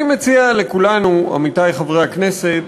אני מציע לכולנו, עמיתי חברי הכנסת,